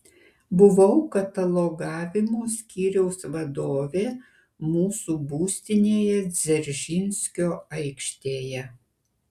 buvau katalogavimo skyriaus vadovė mūsų būstinėje dzeržinskio aikštėje